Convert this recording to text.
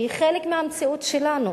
היא חלק מהמציאות שלנו.